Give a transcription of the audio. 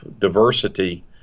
diversity